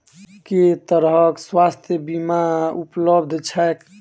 केँ तरहक स्वास्थ्य बीमा उपलब्ध छैक?